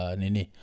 nini